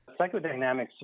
Psychodynamics